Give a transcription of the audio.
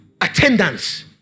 attendance